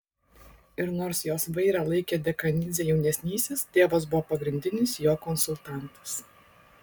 ir nors jos vairą laikė dekanidzė jaunesnysis tėvas buvo pagrindinis jo konsultantas